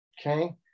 Okay